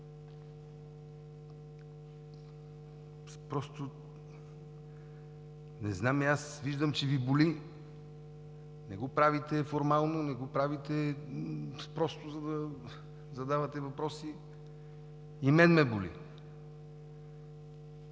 Просто…! Не знам и аз! Виждам, че Ви боли – не го правите формално, не го правите просто, за да задавате въпроси. И мен ме боли!